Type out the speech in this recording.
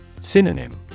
Synonym